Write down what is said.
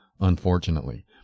unfortunately